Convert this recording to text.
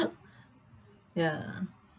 ya